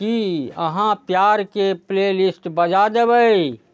की अहाँ प्यार के प्लेलिस्ट बजा देबै